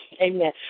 Amen